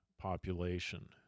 population